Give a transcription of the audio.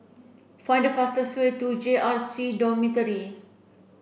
find the fastest way to J R C Dormitory